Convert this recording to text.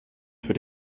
für